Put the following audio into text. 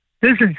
business